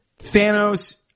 Thanos